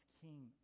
king